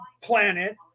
planet